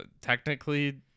technically